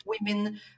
women